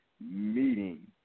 meeting